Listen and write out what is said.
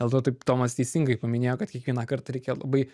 dėl to taip tomas teisingai paminėjo kad kiekvieną kartą reikia labai